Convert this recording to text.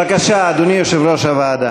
בבקשה, אדוני יושב-ראש הוועדה.